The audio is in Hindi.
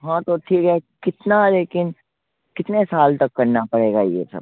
हाँ तो ठीक है कितना लेकिन कितने साल तक करना पड़ेगा यह सब